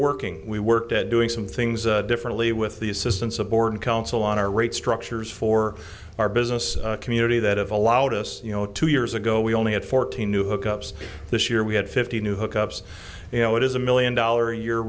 working we worked at doing some things differently with the assistance of born counsel on our rate structures for our business community that have allowed us you know two years ago we only had fourteen new hook ups this year we had fifty new hook ups you know it is a million dollar a year